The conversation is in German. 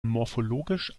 morphologisch